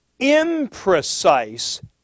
imprecise